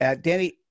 Danny